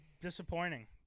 disappointing